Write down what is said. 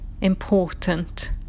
important